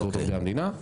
בהסתדרות עובדי המדינה.